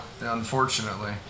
Unfortunately